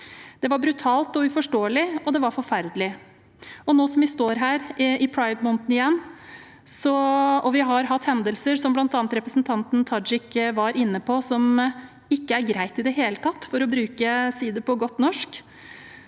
Det var brutalt og uforståelig, og det var forferdelig. Nå som vi igjen står her i pridemåneden, og vi har hatt hendelser, som bl.a. representanten Tajik var inne på, som ikke er greit i det hele tatt, for å si det på godt norsk,